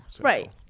Right